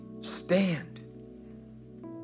Stand